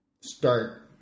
start